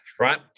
right